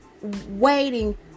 waiting